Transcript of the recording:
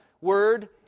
Word